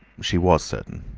she was certain,